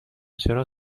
چرا